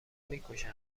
میکشن